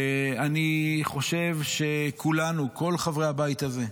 אני חושב שכולנו, כל חברי הבית הזה,